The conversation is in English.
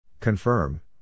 Confirm